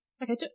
Okay